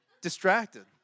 distracted